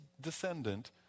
descendant